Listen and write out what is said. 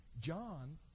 John